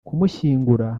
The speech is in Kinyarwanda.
kumushyingura